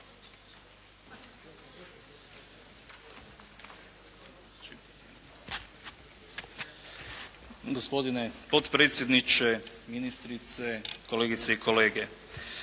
Gospodine potpredsjedniče, ministrice, kolegice i kolege!